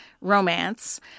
romance